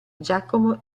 giacomo